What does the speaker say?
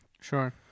Sure